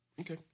Okay